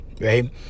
right